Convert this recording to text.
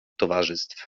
towarzystw